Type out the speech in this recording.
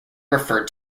referred